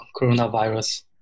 coronavirus